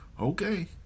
okay